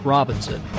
Robinson